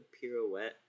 pirouette